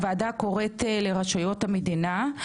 הוועדה קוראת לרשויות המדינה,